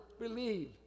BELIEVE